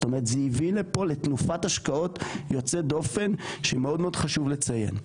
זאת אומרת זה הביא לפה לתנופת השקעות יוצאת דופן שמאוד חשוב לציין.